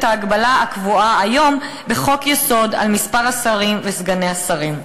ההגבלה הקבועה היום בחוק-יסוד על מספר השרים וסגני השרים".